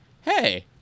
hey